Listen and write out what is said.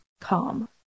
calm